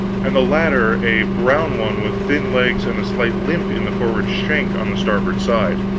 and the latter a brown one with thin legs and a slight limp in the forward shank on the starboard side